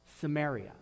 Samaria